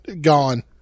Gone